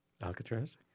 Alcatraz